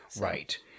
Right